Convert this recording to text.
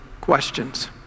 questions